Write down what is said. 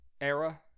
era